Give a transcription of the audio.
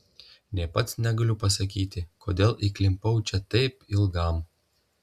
nė pats negaliu pasakyti kodėl įklimpau čia taip ilgam